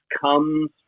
comes